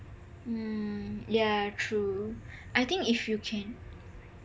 mm yah true I think if you can